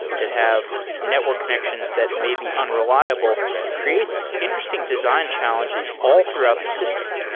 that have network connections that may be unreliable creates interesting design challenges all throughout the system.